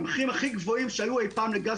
המחירים הכי גבוהים שהיו אי פעם לגז